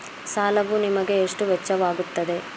ಸಾಲವು ನಿಮಗೆ ಎಷ್ಟು ವೆಚ್ಚವಾಗುತ್ತದೆ?